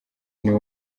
niwe